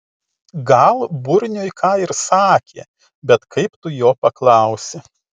gal burniui ką ir sakė bet kaip tu jo paklausi